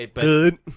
Good